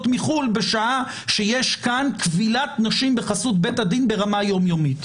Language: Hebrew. מחו"ל בשעה שיש כאן כבילת נשים בחסות בית הדין ברמה יומיומית.